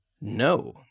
No